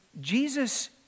Jesus